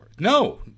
No